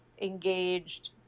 engaged